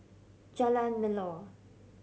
Jalan Melor